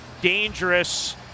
dangerous